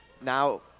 Now